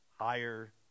higher